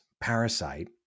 parasite